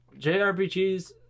JRPGs